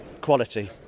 quality